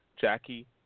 Jackie